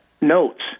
notes